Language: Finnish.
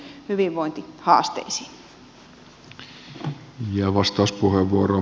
arvoisa herra puhemies